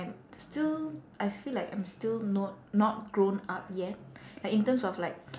still I feel like I'm still not not grown up yet like in terms of like